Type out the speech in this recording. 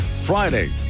Friday